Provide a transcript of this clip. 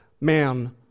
man